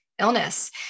illness